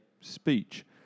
speech